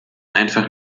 einfach